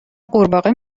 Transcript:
قورباغه